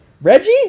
Reggie